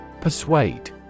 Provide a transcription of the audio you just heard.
Persuade